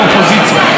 תתייחס